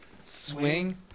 swing